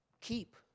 Keep